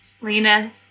Lena